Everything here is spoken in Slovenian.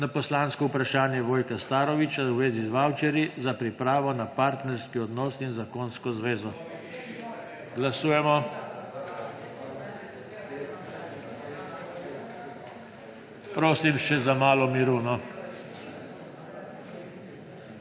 na poslansko vprašanje Vojka Starovića v zvezi z vavčerji za pripravo na partnerski odnos in zakonsko zvezo. /nemir v dvorani/ Prosim še za malo miru.